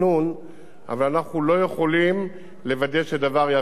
אבל אנחנו לא יכולים לוודא שדבר ייהפך לסטטוטורי.